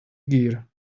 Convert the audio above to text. gear